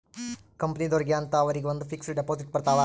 ಕಂಪನಿದೊರ್ಗೆ ಅಂತ ಅವರಿಗ ಒಂದ್ ಫಿಕ್ಸ್ ದೆಪೊಸಿಟ್ ಬರತವ